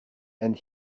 and